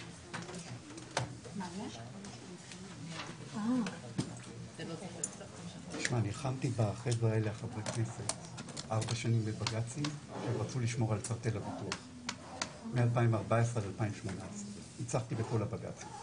12:06.